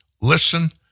Listen